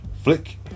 flick